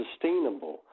sustainable